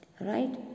right